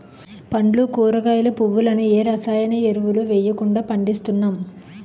పండ్లు కూరగాయలు, పువ్వులను ఏ రసాయన ఎరువులు వెయ్యకుండా పండిస్తున్నాం